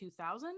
2000